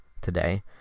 today